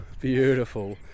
Beautiful